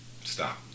Stop